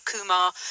Kumar